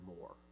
more